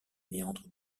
méandres